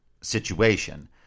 situation